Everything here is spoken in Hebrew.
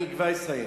אני כבר אסיים.